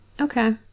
Okay